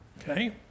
Okay